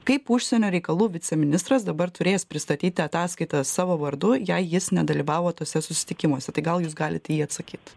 kaip užsienio reikalų viceministras dabar turės pristatyti ataskaitą savo vardu jei jis nedalyvavo tuose susitikimuose tai gal jūs galit į jį atsakyt